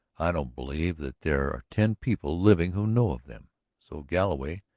i don't believe that there are ten people living who know of them so galloway,